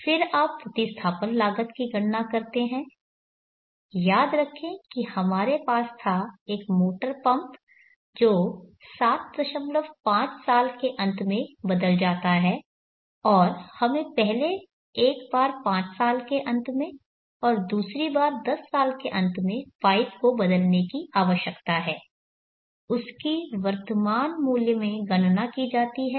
फिर आप प्रतिस्थापन लागत की गणना करते हैं याद रखें कि हमारे पास था एक मोटर पंप जो 75 साल के अंत में बदल जाता है और हमें पहले एक बार पांच साल के अंत में और दूसरी बार दस साल के अंत में पाइप को बदलने की आवश्यकता होती है उसकी वर्तमान मूल्य में गणना की जाती है